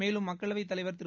மேலும் மக்களவை தலைவர் திரு